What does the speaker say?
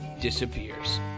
disappears